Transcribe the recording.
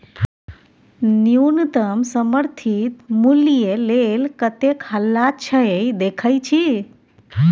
न्युनतम समर्थित मुल्य लेल कतेक हल्ला छै देखय छी